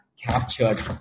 captured